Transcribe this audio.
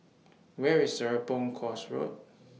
Where IS Serapong Course Road